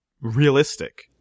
realistic